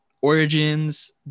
Origins